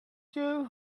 two